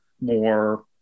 more